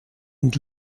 und